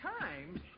times